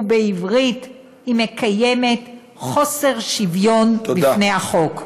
ובעברית היא מקיימת חוסר שוויון בפני החוק.